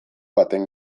baten